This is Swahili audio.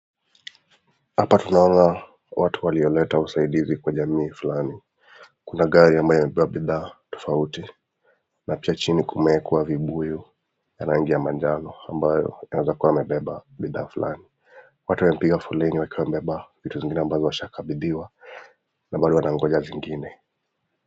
Hapa tunaona watu walioleta usaidizi kwa jamii fulani, kuna gari ambayo imebeba bidhaa tofauti na pia chini kumewekwa vibuyu ya rangi ya manjano ambayo inaweza kuwa imebeba bidhaa fulani, watu wanapiga foleni wakiwa wamebeba vitu zingine walishakabithiwa na bado wanangoja zingine.